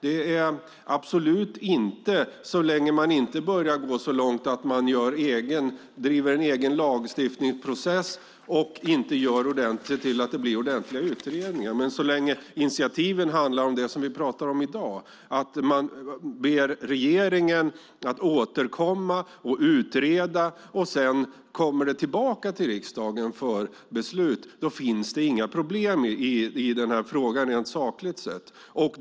Det är absolut inte fel så länge man inte börjar gå så långt att man driver en egen lagstiftningsprocess och inte ser till att det blir ordentliga utredningar. Men så länge initiativen handlar om det som vi talar om i dag, nämligen att man ber regeringen att återkomma och utreda för att detta sedan ska komma tillbaka till riksdagen för beslut, finns det inga problem i denna fråga rent sakligt sett.